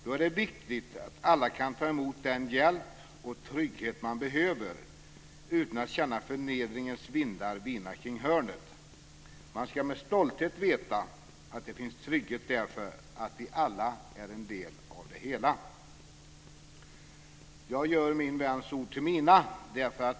Då är det viktigt att alla kan ta emot den hjälp och trygghet man behöver utan att känna förnedringens vindar vina kring hörnet. Man ska med stolthet veta att det finns trygghet därför att vi alla är en del i det hela". Jag gör min väns ord till mina.